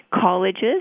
colleges